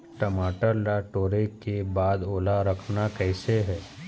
टमाटर ला टोरे के बाद ओला रखना कइसे हे?